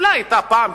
אולי היתה פעם,